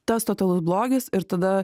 tas totalus blogis ir tada